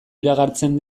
iragartzen